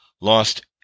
lost